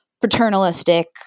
paternalistic